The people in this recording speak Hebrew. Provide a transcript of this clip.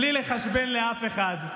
בלי לחשבן לאף אחד,